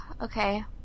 Okay